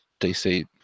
DC